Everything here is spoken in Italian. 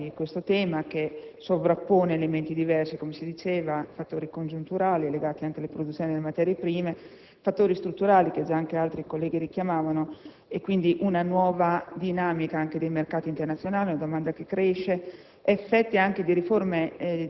ma anche la complessità di questo tema che sovrappone - come si diceva - elementi diversi: fattori congiunturali legati anche alla produzione delle materie prime, fattori strutturali, che già anche altri colleghi richiamavano e, quindi, una nuova dinamica dei mercati internazionali, una domanda che cresce,